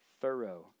thorough